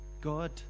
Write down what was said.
God